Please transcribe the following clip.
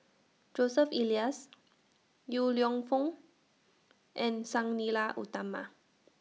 Joseph Elias Yong Lew Foong and Sang Nila Utama